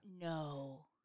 No